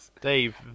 Dave